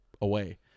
away